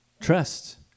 trust